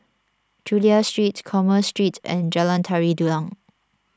Chulia Street Commerce Street and Jalan Tari Dulang